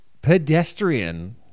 pedestrian